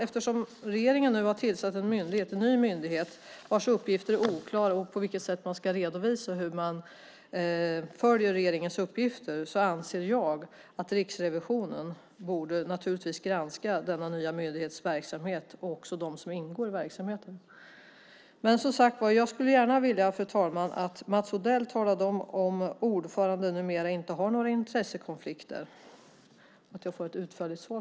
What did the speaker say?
Eftersom regeringen har tillsatt en ny myndighet - vars uppgifter är oklara, och det är oklart hur myndigheten ska redovisa att man följer upp regeringens uppgifter - anser jag att Riksrevisionen borde granska denna nya myndighets verksamhet och dem som ingår i verksamheten. Jag skulle gärna vilja, fru talman, att Mats Odell talar om ifall ordföranden numera inte har några intressekonflikter. Jag skulle vilja ha ett utförligt svar.